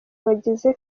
bagize